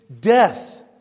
death